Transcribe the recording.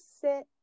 sit